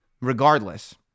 regardless